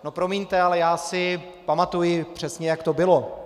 No promiňte, ale já si pamatuji přesně, jak to bylo.